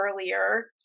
earlier